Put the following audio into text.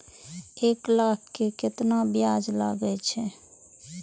एक लाख के केतना ब्याज लगे छै?